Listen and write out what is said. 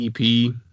ep